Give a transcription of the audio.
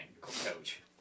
coach